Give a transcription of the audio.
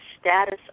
status